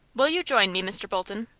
will you join me, mr. bolton?